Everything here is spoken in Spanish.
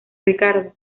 ricardo